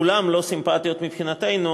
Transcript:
כולן לא סימפטיות מבחינתנו,